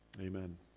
Amen